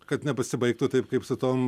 kad nepasibaigtų taip kaip su tom